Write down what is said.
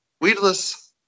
weedless